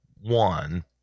one